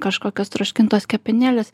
kažkokios troškintos kepenėlės